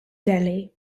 delhi